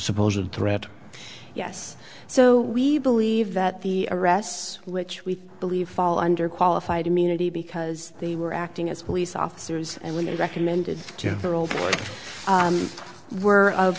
supposed to threat yes so we believe that the arrests which we believe fall under qualified immunity because they were acting as police officers and we recommended to the old boy were